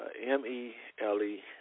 M-E-L-E